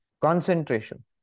concentration